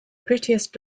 prettiest